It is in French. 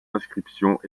inscriptions